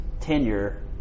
tenure